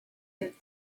that